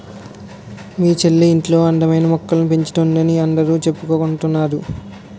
మీ చెల్లి ఇంట్లో అందమైన మొక్కల్ని పెంచుతోందని అందరూ చెప్పుకుంటున్నారు